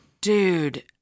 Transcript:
Dude